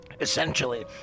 Essentially